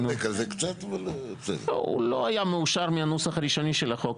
הוא לא היה מאושר מהנוסח הראשוני של החוק,